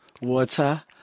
water